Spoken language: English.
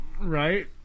right